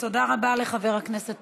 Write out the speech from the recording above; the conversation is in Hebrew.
תודה רבה לחבר הכנסת